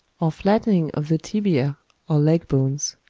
or flattening of the tibiae or leg bones.